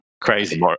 Crazy